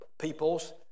Peoples